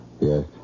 Yes